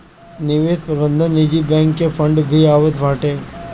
निवेश प्रबंधन निजी बैंक के फंड भी आवत बाटे